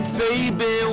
baby